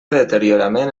deteriorament